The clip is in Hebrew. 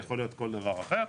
יכול להיות כל דבר אחר,